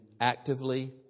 actively